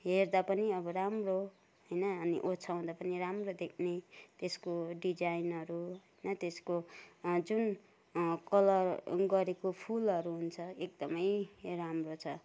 हेर्दा पनि अब राम्रो होइन अनि ओछ्यउँदा पनि राम्रो देख्ने त्यसको डिजाइनहरू न त्यसको जुन कलर गरेको फुलहरू हुन्छ एकदमै राम्रो छ